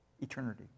eternity